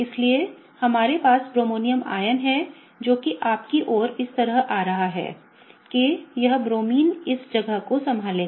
इसलिए हमारे पास ब्रोमोनियम आयन है जो कि आपकी ओर इस तरह आ रहा है कि यह ब्रोमीन इस जगह को संभालेगा